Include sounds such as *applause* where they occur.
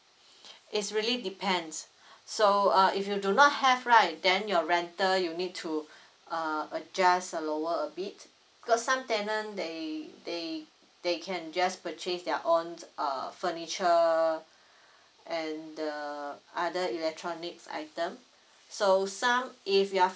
*breath* it's really depends *breath* so uh if you do not have right then your rental you need to *breath* uh adjust uh lower a bit because some tenant they they they can just purchase their own uh furniture and the other electronics item so some if you're